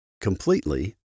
completely